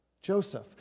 Joseph